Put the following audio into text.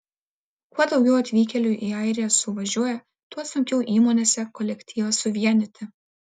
kuo daugiau atvykėlių į airiją suvažiuoja tuo sunkiau įmonėse kolektyvą suvienyti